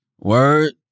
word